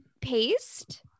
paste